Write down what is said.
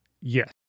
Yes